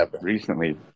recently